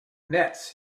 nets